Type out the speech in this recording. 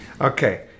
okay